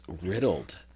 riddled